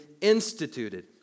instituted